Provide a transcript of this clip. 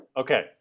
Okay